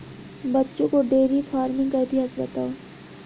बच्चों को dairy farming का इतिहास बताओ